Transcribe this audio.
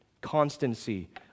constancy